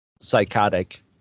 psychotic